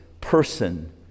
person